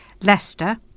Leicester